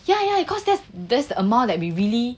ya ya cause that is the amount that we really